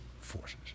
forces